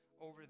over